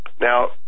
Now